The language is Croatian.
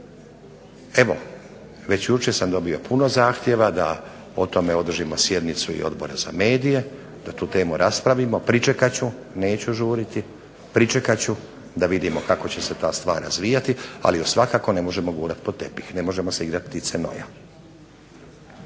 Evo već jučer sam dobio puno zahtjeva da o tome održimo sjednicu i Odbora za medije, da tu temu raspravimo. Pričekat ću, neću žuriti, pričekat ću da vidimo kako će se ta stvar razvijati, ali ju svakako ne možemo gurati pod tepih, ne možemo se igrati ptice noja.